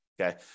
okay